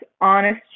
honest